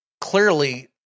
clearly